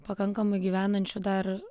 pakankamai gyvenančių dar